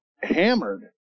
hammered